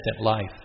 life